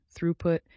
throughput